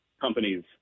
companies